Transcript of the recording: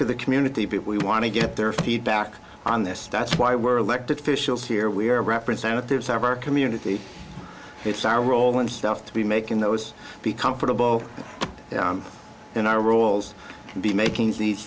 to the community but we want to get their feedback on this that's why we're elected officials here we are representatives of our community it's our role in stuff to be making those be comfortable in our roles and be making these